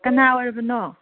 ꯀꯅꯥ ꯑꯣꯏꯔꯕꯅꯣ